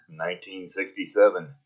1967